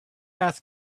asked